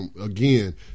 again